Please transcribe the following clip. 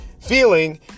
feeling